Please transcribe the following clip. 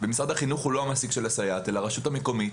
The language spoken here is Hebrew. משרד החינוך הוא לא המעסיק של הסייעת אלא הרשות המקומית.